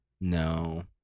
no